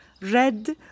Red